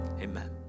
Amen